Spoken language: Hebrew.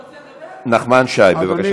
נחמן שי, בבקשה.